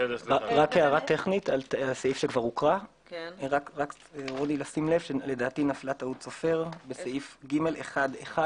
הערה טכנית על סעיף שכבר הוקרא - לדעתי נפלה טעות סופר בסעיף (ג)(1)(1)